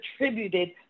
attributed